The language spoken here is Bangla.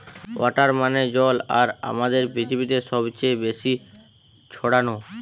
ওয়াটার মানে জল আর আমাদের পৃথিবীতে সবচে বেশি ছড়ানো